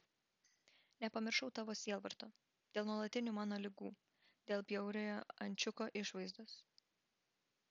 nepamiršau tavo sielvarto dėl nuolatinių mano ligų dėl bjauriojo ančiuko išvaizdos